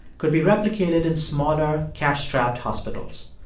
could be replicated in smaller, cash-strapped hospitals.